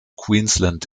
queensland